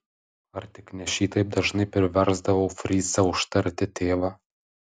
ar tik ne šitaip dažnai priversdavau fricą užtarti tėvą